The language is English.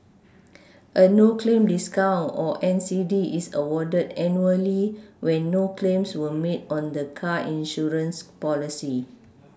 a no claim discount or N C D is awarded annually when no claims were made on the car insurance policy